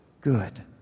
good